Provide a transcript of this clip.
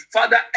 Father